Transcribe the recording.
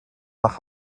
nach